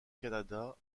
canada